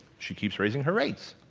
she keeps raising her rates.